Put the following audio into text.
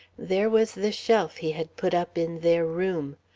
there was the shelf he had put up in their room,